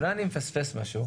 אולי אני מפספס משהו.